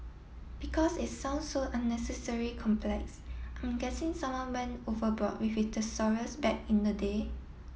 because it sounds so unnecessary complex I'm guessing someone went overboard with his thesaurus back in the day